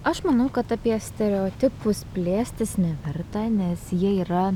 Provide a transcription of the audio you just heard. aš manau kad apie stereotipus plėstis neverta nes jie yra